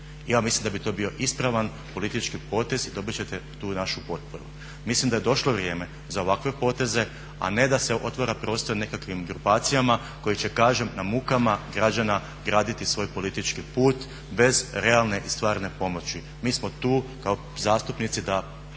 Ja mislim da bi to bio ispravan politički potez i dobit ćete tu našu potporu. Mislim da je došlo vrijeme za ovakve poteze, a ne da se otvara prostor nekakvim grupacijama koje će kažem na mukama građana graditi svoj politički put bez realne i stvarne pomoći. Mi smo tu kao zastupnici da